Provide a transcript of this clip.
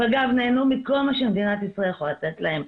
ואגב נהנו מכל מה שמדינת ישראל יכולה לתת להם,